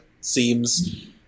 seems